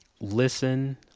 listen